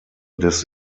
des